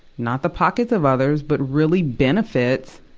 not the pockets of others, but really benefits,